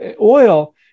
oil